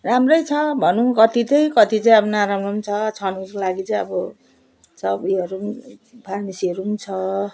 राम्रै छ भनौँ कति त अब कति चाहिँ नराम्रो छ छनको लागि चाहिँ अब छ उयोहरू फार्मेसीहरू छ